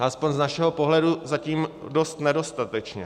Aspoň z našeho pohledu zatím dost nedostatečně.